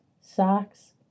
socks